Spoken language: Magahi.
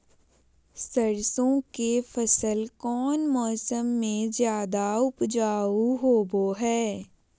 सरसों के फसल कौन मौसम में ज्यादा उपजाऊ होबो हय?